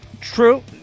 True